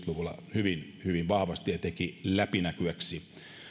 hyvin hyvin vahvasti ja teki läpinäkyväksi